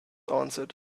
answered